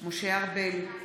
משה ארבל,